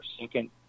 second